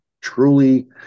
truly